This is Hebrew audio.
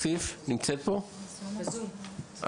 למשהו?